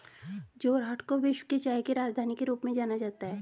जोरहाट को विश्व की चाय की राजधानी के रूप में जाना जाता है